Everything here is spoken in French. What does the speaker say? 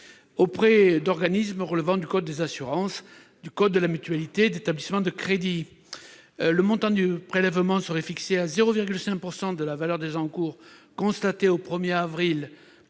auprès d'organismes relevant du code des assurances ou du code de la mutualité, d'établissements de crédit ... Le montant du prélèvement serait fixé à 0,5 % de la valeur des encours constatée au 1 avril